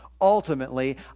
Ultimately